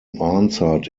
answered